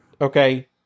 Okay